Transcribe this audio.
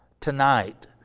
tonight